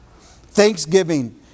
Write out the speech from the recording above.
Thanksgiving